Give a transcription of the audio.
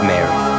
Mary